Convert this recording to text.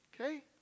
Okay